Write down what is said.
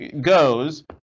goes